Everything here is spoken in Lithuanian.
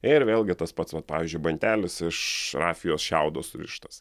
ir vėlgi tas pats vat pavyzdžiui bantelis iš rafijos šiaudo surištas